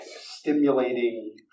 stimulating